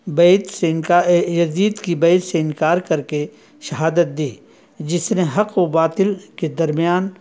بیعت سے ان کا یزید کی بیعت سے انکار کر کے شہادت دی جس نے حق و باطل کے درمیان